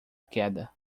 queda